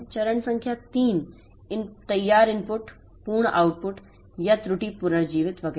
चरण संख्या 3 इनपुट तैयार आउटपुट पूर्ण या त्रुटि पुनर्जीवित वगैरह